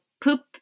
poop